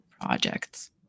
projects